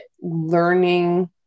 learning